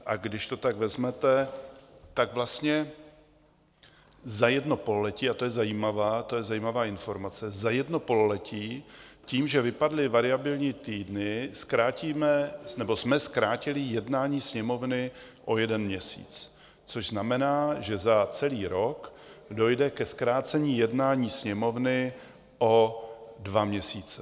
A když to tak vezmete, tak vlastně za jedno pololetí, a to je zajímavá informace, za jedno pololetí tím, že vypadly variabilní týdny, jsme zkrátili jednání Sněmovny o jeden měsíc, což znamená, že za celý rok dojde ke zkrácení jednání Sněmovny o dva měsíce.